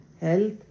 health